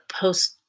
post